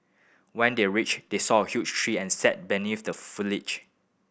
when they reached they saw a huge tree and sat beneath the foliage